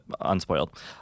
unspoiled